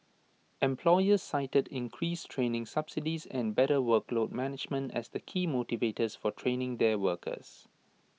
employers cited increased training subsidies and better workload management as the key motivators for training their workers